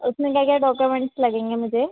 उसमें क्या क्या डॉकोमेंट्स लगेंगे मुझे